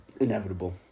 inevitable